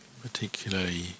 particularly